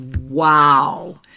wow